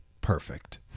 Perfect